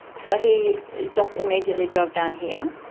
so he just immediately drove down here,